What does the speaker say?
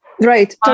right